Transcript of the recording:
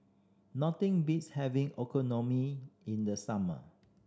nothing beats having Okonomi in the summer